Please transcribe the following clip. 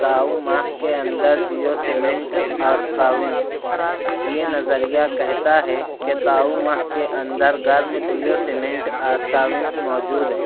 تاؤماہ کےاندر جیوسیمینٹ آسکاونس یہ نظریہ کہتا ہے کہ تاؤماہ کے اندر گرم جیوسیمینٹ آسکاونس موجود ہیں